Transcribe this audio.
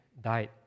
died